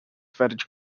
fetish